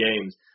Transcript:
games